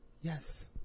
Yes